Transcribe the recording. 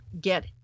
get